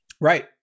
Right